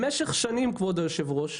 במשך שנים, מ-2016,